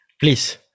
Please